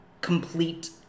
complete